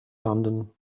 london